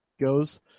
goes